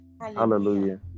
Hallelujah